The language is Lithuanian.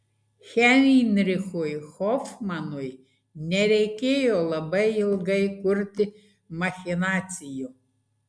heinrichui hofmanui nereikėjo labai ilgai kurti machinacijų